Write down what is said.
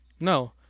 No